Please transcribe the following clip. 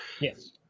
Yes